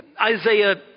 Isaiah